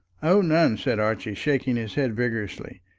oh, none, said archie, shaking his head vigorously.